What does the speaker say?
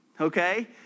okay